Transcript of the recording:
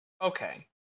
Okay